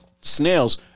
snails